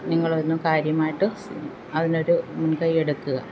നിങ്ങളൊന്നു കാര്യമായിട്ട് അതിനൊരു മുൻകൈയ്യെടുക്കുക